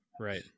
Right